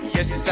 Yes